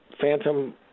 Phantom